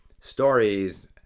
stories